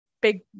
big